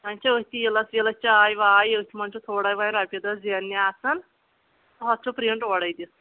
وۄنۍ چھُ أتھۍ تیٖلس ویٖلس چاے واے أتھۍ منز چھُ تھوڑا وۄنۍ رۄپیہ دہ زینٕنہِ آسان ہۄتھ چھُ پرٛنٹ اورَے دِتھ